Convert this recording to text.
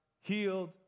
healed